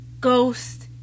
ghost